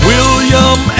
William